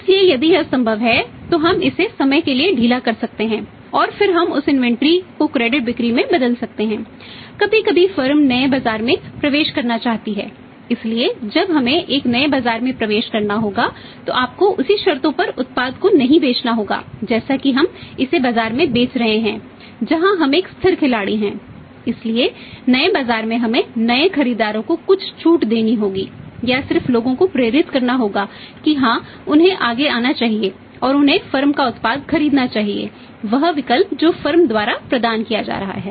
इसलिए यदि यह संभव है तो हम इसे समय के लिए ढीला कर सकते हैं और फिर हम उस इन्वेंट्री द्वारा प्रदान किया जाता है